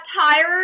tired